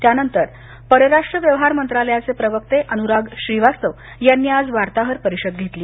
त्यानंतर परराष्ट्र व्यवहार मंत्रालयाचे प्रवक्ते अनुराग श्रीवास्तव यांनी आज वार्ताहर परिषद घेतली